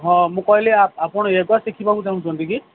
ହଁ ମୁଁ କହିଲି ଆପଣ ୟୋଗା ଶିଖିବାକୁ ଚାହୁଁଛନ୍ତି କି